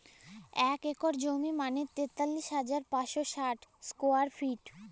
এক একর জমি মানে তেতাল্লিশ হাজার পাঁচশ ষাট স্কোয়ার ফিট